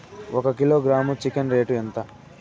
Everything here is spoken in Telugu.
ఒక కిలోగ్రాము చికెన్ రేటు ఎంత?